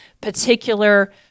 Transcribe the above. particular